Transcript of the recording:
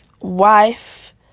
wife